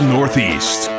Northeast